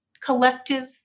collective